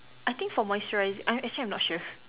I think for moisturising I'm actually I'm not sure